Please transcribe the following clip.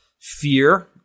fear